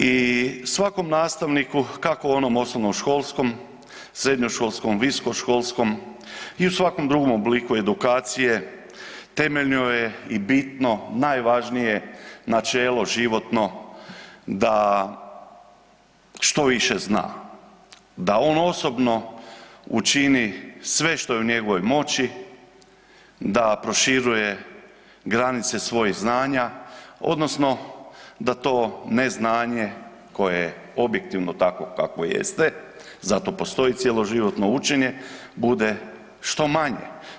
I svakom nastavniku, kako onom osnovnoškolskom, srednjoškolskom, visokoškolskom i u svakom drugom obliku edukacije temeljno je i bitno najvažnije načelo životno da što više zna, da on osobno učini sve što je u njegovoj moći da proširuje granice svojeg znanja odnosno da to neznanje koje je objektivno takvo kakvo jeste, zato postoji cjeloživotno učenje, bude što manje.